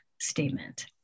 statement